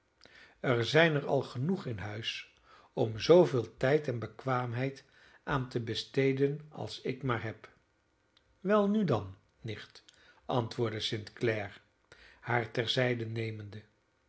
er zijn er al genoeg in huis om zooveel tijd en bekwaamheid aan te besteden als ik maar heb welnu dan nicht antwoordde st clare haar ter zijde nemende